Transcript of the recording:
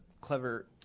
clever